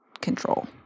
Control